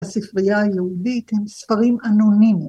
‫הספרייה היהודית הן ספרים אנונימיים.